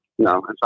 No